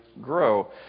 grow